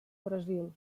brasil